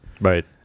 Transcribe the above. right